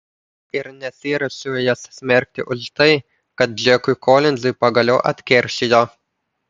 ir nesiruošiu jos smerkti už tai kad džekui kolinzui pagaliau atkeršijo